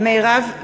(קוראת בשמות חברי הכנסת) מרב מיכאלי,